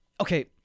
okay